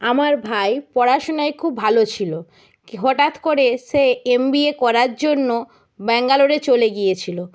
আমার ভাই পড়াশুনায় খুব ভালো ছিলো হঠাৎ করে সে এমবিএ করার জন্য ব্যাঙ্গালোরে চলে গিয়েছিলো